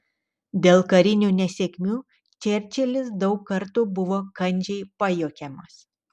dėl karinių nesėkmių čerčilis daug kartų buvo kandžiai pajuokiamas